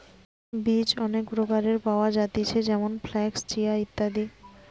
বীজ অনেক প্রকারের পাওয়া যায়তিছে যেমন ফ্লাক্স, চিয়া, ইত্যাদি